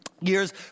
years